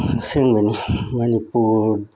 ꯑꯁꯦꯡꯕꯅꯤ ꯃꯅꯤꯄꯨꯔ